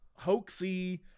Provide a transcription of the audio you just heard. hoaxy